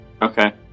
Okay